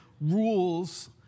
rules